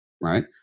right